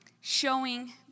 Showing